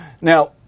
Now